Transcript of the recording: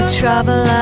trouble